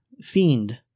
Fiend